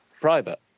private